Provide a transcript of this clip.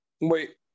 Wait